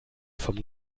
vom